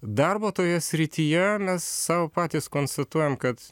darbo toje srityje mes sau patys konstatuojam kad